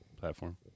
platform